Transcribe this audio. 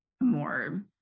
more